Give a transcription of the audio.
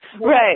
right